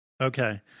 Okay